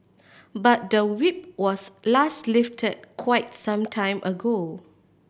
but the Whip was last lifted quite some time ago